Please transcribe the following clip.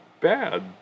bad